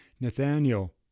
Nathaniel